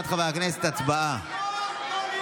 הצבעה, לא צועקים.